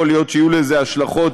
יכול להיות שיהיו לזה השלכות,